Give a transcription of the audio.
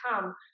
come